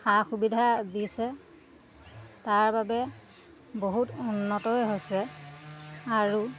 সা সুবিধা দিছে তাৰ বাবে বহুত উন্নতয়ে হৈছে আৰু